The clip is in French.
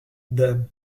dame